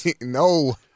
No